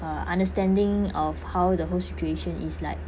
uh understanding of how the whole situation is like